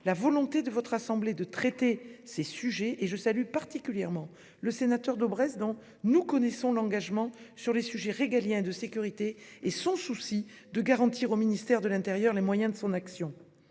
la volonté de votre assemblée de traiter ces sujets- je salue particulièrement le sénateur Daubresse, dont nous connaissons l'engagement sur les sujets régaliens et de sécurité et son souci de garantir au ministère de l'intérieur les moyens de son action